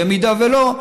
במידה שלא,